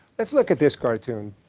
let's look at this cartoon.